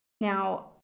Now